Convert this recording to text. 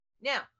Now